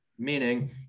meaning